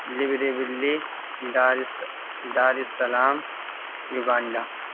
لبری بلی ڈارس Dar es Salaam Uganda